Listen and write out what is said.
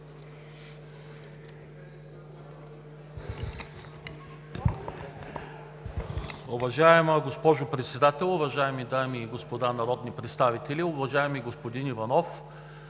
Уважаеми господин Председател, уважаеми госпожи и господа народни представители, уважаеми господин Данчев!